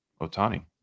Otani